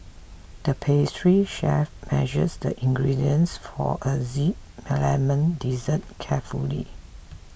the pastry chef measured the ingredients for a Z Lemon Dessert carefully